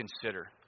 consider